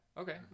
Okay